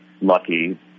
lucky